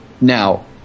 Now